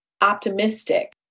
optimistic